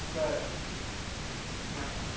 બરાબર હ હ